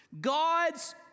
God's